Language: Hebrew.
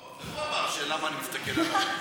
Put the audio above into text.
לא, זה הוא אמר למה אני מסתכל עליו.